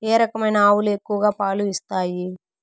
ఏ రకమైన ఆవులు ఎక్కువగా పాలు ఇస్తాయి?